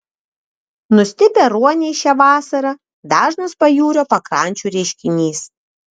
nustipę ruoniai šią vasarą dažnas pajūrio pakrančių reiškinys